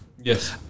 yes